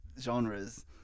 genres